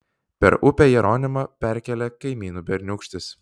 per upę jeronimą perkėlė kaimynų berniūkštis